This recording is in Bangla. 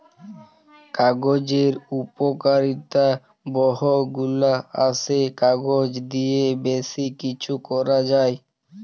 কাগজের উপকারিতা বহু গুলা আসে, কাগজ দিয়ে বেশি কিছু করা যায়